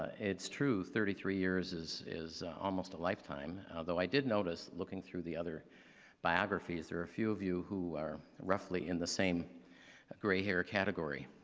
ah it's true, thirty three years is is almost a lifetime although i did notice looking through the other biographies, there are a few of you who are roughly in the same gray hair of category.